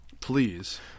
Please